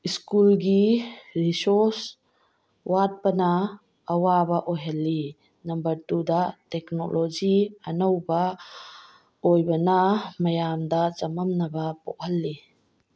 ꯁ꯭ꯀꯨꯜꯒꯤ ꯔꯤꯁꯣꯔꯁ ꯋꯥꯠꯄꯅ ꯑꯋꯥꯕ ꯑꯣꯏꯍꯜꯂꯤ ꯅꯝꯕꯔ ꯇꯨꯗ ꯇꯦꯛꯅꯣꯂꯣꯖꯤ ꯑꯅꯧꯕ ꯑꯣꯏꯕꯅ ꯃꯌꯥꯝꯗ ꯆꯃꯝꯅꯕ ꯄꯣꯛꯍꯜꯂꯤ